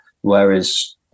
whereas